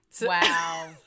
Wow